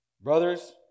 Brothers